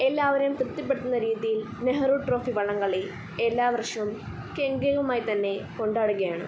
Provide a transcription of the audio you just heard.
എല്ലാവരെയും തൃപ്തിപ്പെടുത്തുന്ന രീതിയിൽ നെഹ്രു ട്രോഫി വള്ളം കളി എല്ലാ വർഷവും കെങ്കേമമായി തന്നെ കൊണ്ടാടുകയാണ്